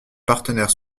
partenaires